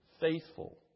faithful